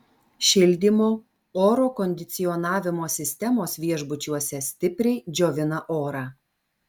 šildymo oro kondicionavimo sistemos viešbučiuose stipriai džiovina orą